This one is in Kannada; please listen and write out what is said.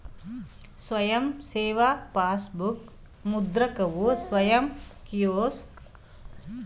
ಸ್ವಯಂ ಸೇವಾ ಪಾಸ್ಬುಕ್ ಮುದ್ರಕವು ಸ್ವಯಂ ಕಿಯೋಸ್ಕ್ ಆಗಿದ್ದು ಗ್ರಾಹಕರು ತಮ್ಮ ಪಾಸ್ಬುಕ್ಅನ್ನ ಸ್ವಂತ ಮುದ್ರಿಸಬಹುದು